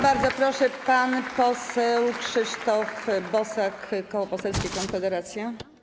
Bardzo proszę, pan poseł Krzysztof Bosak, Koło Poselskie Konfederacja.